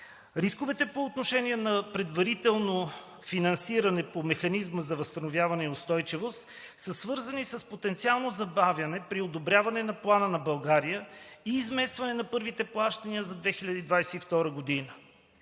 Рисковете по отношение на предварителното финансиране по Механизма за възстановяване и устойчивост са свързани с потенциално забавяне при одобряването на плана за България и изместване на първите плащания за 2022 г.